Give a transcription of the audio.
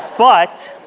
but.